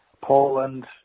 Poland